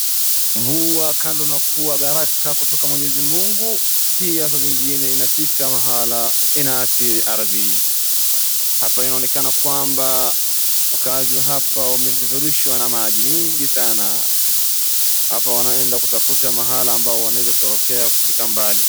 Mvua kando na kuwa baraka kutoka Mwenyezi Mungu, pia saa zingine inafika mahala inaathi ardhi. Hapa inaonekana kwamba wakaazi wa hapa wameveverushwa na maji mingi sana. Hapa wanaenda kutafta mahala ambao wanaeza torokea kufika mbali.